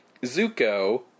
Zuko